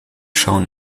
shown